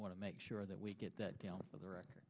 want to make sure that we get that down of the record